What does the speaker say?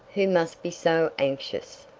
who must be so anxious.